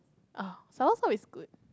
ah soursop is good